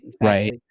Right